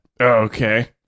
Okay